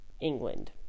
england